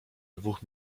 dwóch